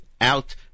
out